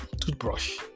toothbrush